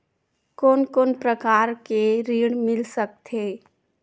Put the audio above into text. कोन कोन प्रकार के ऋण मिल सकथे?